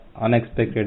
unexpected